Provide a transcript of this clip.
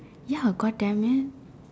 ya God damn it